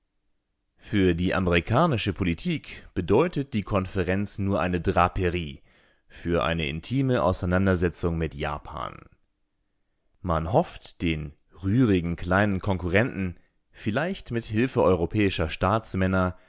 für die amerikanische politik bedeutet die konferenz nur eine draperie für eine intime auseinandersetzung mit japan man hofft den rührigen kleinen konkurrenten vielleicht mit hilfe europäischer staatsmänner